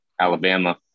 Alabama